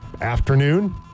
afternoon